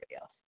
else